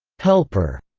helper,